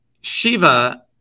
Shiva